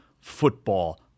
football